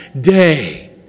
day